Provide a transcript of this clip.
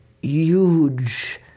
huge